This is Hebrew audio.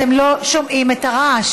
אתם לא שומעים את הרעש.